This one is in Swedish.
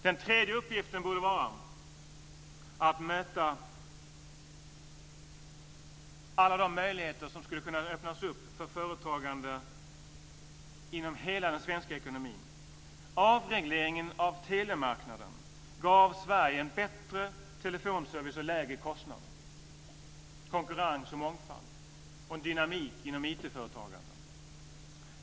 Den tredje uppgiften borde vara att möta alla de möjligheter som skulle kunna öppnas för företagande inom hela den svenska ekonomin. Avregleringen av telemarknaden gav Sverige en bättre telefonservice och lägre kostnader, konkurrens och mångfald och en dynamik inom IT-företagandet.